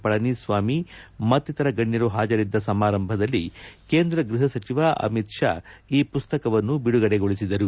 ಫಳನಿಸ್ವಾಮಿ ಮತ್ತಿತರ ಗಣ್ಯರು ಪಾಜರಿದ್ದ ಸಮಾರಂಭದಲ್ಲಿ ಕೇಂದ್ರ ಗೃಹ ಸಚಿವ ಅಮಿತ್ ಷಾ ಈ ಮಸ್ತಕವನ್ನು ಬಿಡುಗಡೆಗೊಳಿಸಿದರು